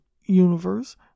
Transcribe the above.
universe